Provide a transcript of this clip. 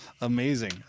amazing